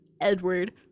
Edward